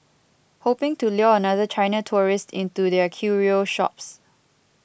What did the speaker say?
hoping to lure another China tourist into their curio shops